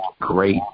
great